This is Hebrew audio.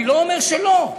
אני לא אומר שלא.